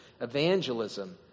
evangelism